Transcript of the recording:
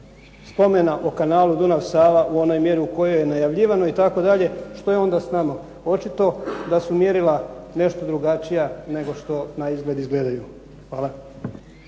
spomena Dunav-Sava u onoj mjeri u kojoj je najavljivano itd. što je onda s nama? Očito da su mjerila nešto drugačija nego što na izgled izgledaju.